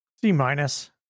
C-minus